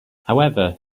however